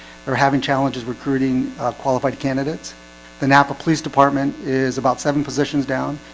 they're having challenges recruiting qualified candidates the napa police department is about seven positions down.